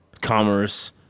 commerce